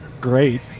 great